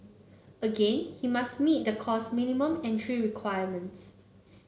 again he must meet the course minimum entry requirements